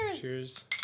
Cheers